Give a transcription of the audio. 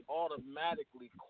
automatically